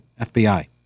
FBI